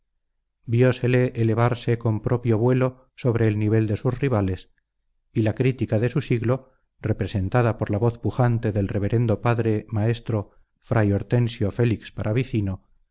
viósole elevarse con propio vuelo sobre el nivel de sus rivales y la crítica de su siglo representada por la voz pujante del reverendo padre maestro fray hortensio félix